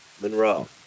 Monroe